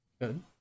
Good